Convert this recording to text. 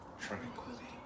Tranquility